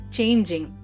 Changing